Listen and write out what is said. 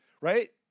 right